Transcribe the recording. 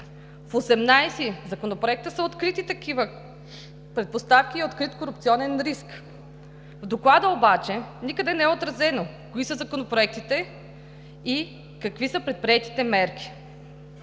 В 18 законопроекта са открити такива предпоставки и е открит корупционен риск. В Доклада обаче никъде не е отразено кои са законопроектите и какви са предприетите мерки.